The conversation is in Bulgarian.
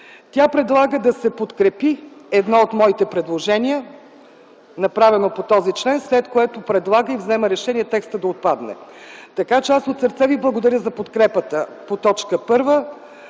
Тя предлага да се подкрепи едно от моите предложения, направено по този член, след което предлага и взема решение текстът да отпадне. Така че аз от сърце ви благодаря за подкрепата по т. 1 в